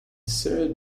sir